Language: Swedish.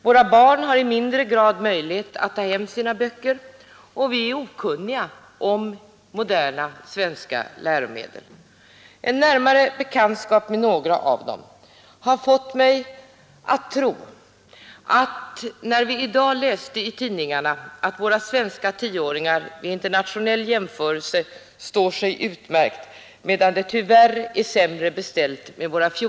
Våra barn har i mindre grad möjlighet att ta hem sina böcker, och vi själva är okunniga om moderna svenska läromedel. I dag har man kunnat läsa i tidningarna att de svenska 10-åringarna vid en internationell jämförelse står sig utmärkt medan det tyvärr är sämre beställt med 14-åringarna.